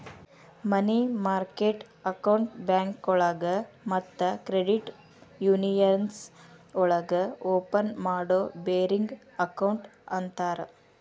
ಮನಿ market ಅಕೌಂಟ್ನ ಬ್ಯಾಂಕೋಳಗ ಮತ್ತ ಕ್ರೆಡಿಟ್ ಯೂನಿಯನ್ಸ್ ಒಳಗ ಓಪನ್ ಮಾಡೋ ಬೇರಿಂಗ್ ಅಕೌಂಟ್ ಅಂತರ